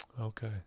Okay